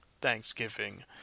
Thanksgiving